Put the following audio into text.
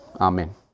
amen